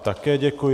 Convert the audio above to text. Také děkuji.